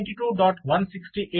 ಅಥವಾ ಅದು 192